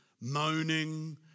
moaning